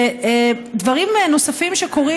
ודברים נוספים שקורים,